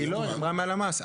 היא אמרה מלמ"ס.